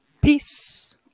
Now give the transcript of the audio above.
Peace